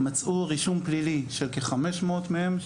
מצאנו רישום פלילי של כ-500 מהם,